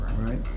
right